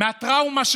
מהטראומה.